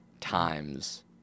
times